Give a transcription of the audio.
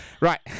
Right